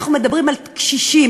אנחנו מדברים על קשישים.